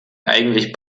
eigentlich